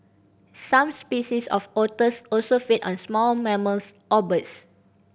some species of otters also feed on small mammals or birds